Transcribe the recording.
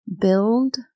Build